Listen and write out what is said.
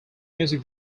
music